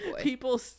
people